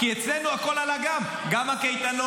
כי גם אצלנו הכול עלה: גם הקייטנות,